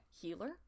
Healer